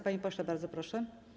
Panie pośle, bardzo proszę.